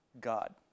God